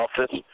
office